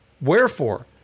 Wherefore